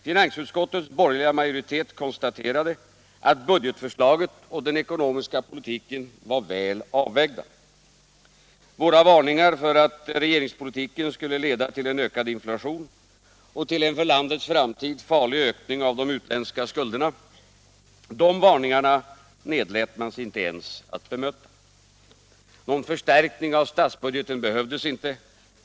Finansutskottets borgerliga majoritet konstaterade att budgetförslaget och den ekonomiska politiken var väl avvägda. Våra varningar för att regeringspolitiken skulle leda till ökad inflation och till en för landets framtid farlig ökning av de utländska skulderna, nedlät man sig inte ens att bemöta. Någon förstärkning av statsbudgeten behövdes inte.